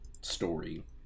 story